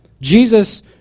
Jesus